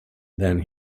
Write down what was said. than